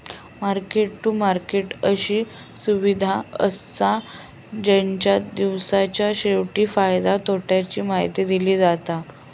market to market अशी सुविधा असा जेच्यात दिवसाच्या शेवटी फायद्या तोट्याची माहिती दिली जाता